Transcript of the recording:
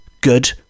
good